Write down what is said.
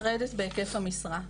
כן, לרדת בהיקף המשרה.